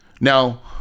now